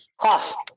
cost